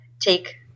take